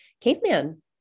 caveman